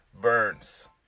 Burns